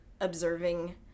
observing